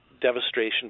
devastation